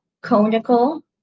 conical